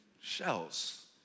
shells